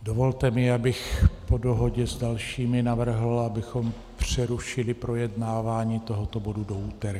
Dovolte mi, abych po dohodě s dalšími navrhl, abychom přerušili projednávání tohoto bodu do úterka.